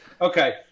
Okay